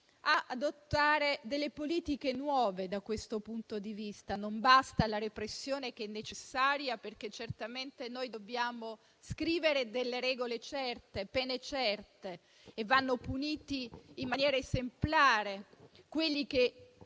di adottare delle politiche nuove da questo punto di vista. Non basta la repressione, che è necessaria, perché certamente dobbiamo scrivere delle regole certe e fissare pene certe: vanno puniti in maniera esemplare coloro che